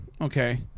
Okay